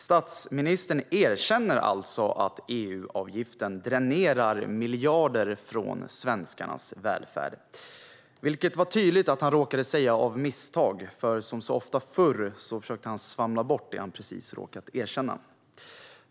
Statsministern erkänner alltså att EU-avgiften dränerar miljarder från svenskarnas välfärd, vilket var tydligt att han råkade göra av misstag, för som så ofta förr försökte han svamla bort det han precis råkat erkänna.